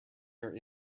your